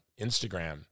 Instagram